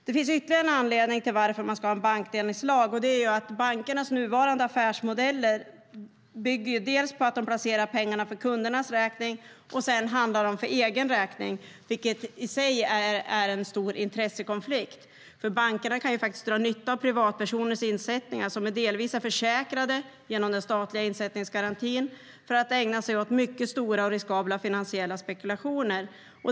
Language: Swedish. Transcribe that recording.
Det finns ytterligare en anledning till varför det ska vara en bankdelningslag, nämligen att bankernas nuvarande affärsmodeller bygger på att de dels placerar pengarna för kundernas räkning, dels handlar för egen räkning. Det i sig är en stor intressekonflikt. Bankerna kan faktiskt dra nytta av privatpersoners insättningar, som delvis är försäkrade genom den statliga insättningsgarantin för att ägna sig åt mycket stora och riskabla finansiella spekulationer.